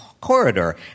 corridor